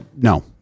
No